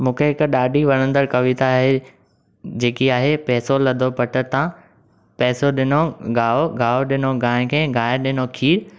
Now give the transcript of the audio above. मूंखें हिकु ॾाढी वणंदड़ कविता आहे जेकी आहे पैसो लदो पट ता पैसो ॾिनो गाहु गाहु ॾिनो गांइ खे गांइ ॾिनो खीरु